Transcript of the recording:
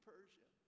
Persia